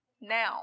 now